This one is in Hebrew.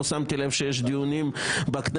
לא שמתי לב שיש בכנסת דיונים בחמישי,